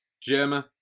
Jim